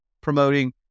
promoting